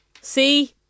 See